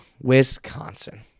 Wisconsin